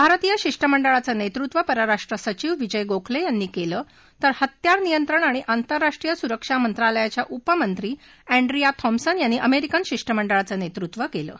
भारतीय शिष्टमंडळाचं नसूविव परराष्ट्र सविव विजय गोखलखिंनी कळ तर हत्यार नियंत्रण आणि आंतरराष्ट्रीय सुरक्षा मंत्रालयाच्या उपमंत्री एंड्रिया थक्सिल यांनी अमरिकेन शिष्टमंडळाचं नसूचि कलि